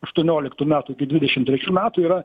aštuonioliktų metų iki dvidešim trečių metų yra